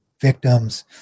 victims